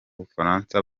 bufaransa